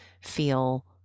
feel